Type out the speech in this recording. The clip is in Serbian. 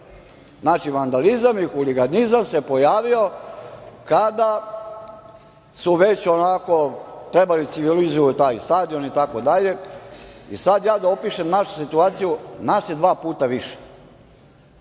Znači, vandalizam i huliganizam se pojavio kada su već onako trebali da civilizuju taj stadion itd. i sada ja da opišem našu situaciju. Nas je dva puta više,